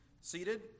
seated